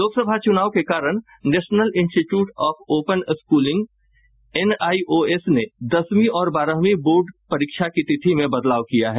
लोकसभा चुनाव के कारण National Institute of Open Schooling NIOS ने दसवीं और बारहवीं बोर्ड परीक्षा की तिथि में बदलाव किया है